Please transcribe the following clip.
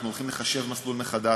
אנחנו הולכים לחשב מסלול מחדש,